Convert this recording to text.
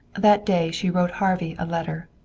that day she wrote harvey a letter.